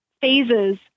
phases